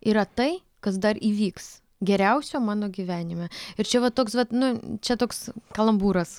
yra tai kas dar įvyks geriausio mano gyvenime ir čia va toks vat nu čia toks kalambūras